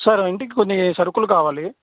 sir ఇంటికి కొన్ని సరుకులు కావాలి